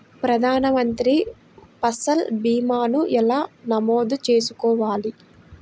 ప్రధాన మంత్రి పసల్ భీమాను ఎలా నమోదు చేసుకోవాలి?